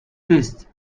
fist